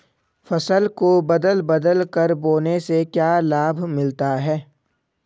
फसल को बदल बदल कर बोने से क्या लाभ मिलता है?